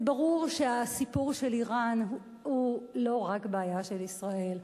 ברור שהסיפור של אירן הוא לא רק הבעיה של ישראל,